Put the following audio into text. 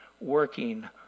working